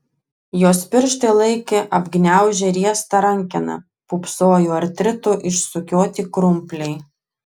jos pirštai laikė apgniaužę riestą rankeną pūpsojo artrito išsukioti krumpliai